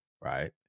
right